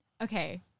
Okay